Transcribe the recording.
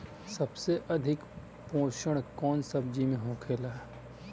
सबसे अधिक पोषण कवन सब्जी में होखेला?